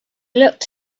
looked